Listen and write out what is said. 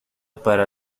para